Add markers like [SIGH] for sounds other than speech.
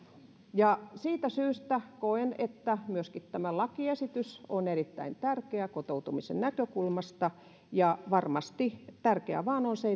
on perustetta siitä syystä koen että myöskin tämä lakiesitys on erittäin tärkeä kotoutumisen näkökulmasta ja tärkeää vain on se [UNINTELLIGIBLE]